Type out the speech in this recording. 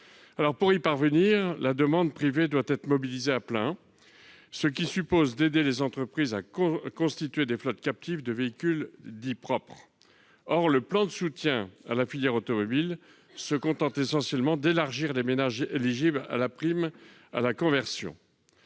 Pour y parvenir, la demande privée doit être mobilisée à plein, ce qui suppose d'aider les entreprises à constituer des « flottes captives » de véhicules propres. Or, le plan de soutien à la filière automobile se contente essentiellement d'élargir, pour les ménages, les critères d'éligibilité à la prime à la conversion.